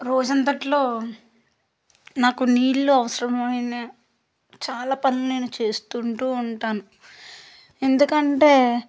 రోజంతట్లో నాకు నీళ్ళు అవసరమైన చాలా పనులు నేను చేసుకుంటు ఉంటాను ఎందుకంటే